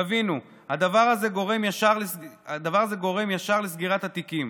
תבינו, הדבר הזה גורם ישר לסגירת תיקים.